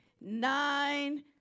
nine